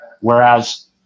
Whereas